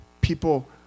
people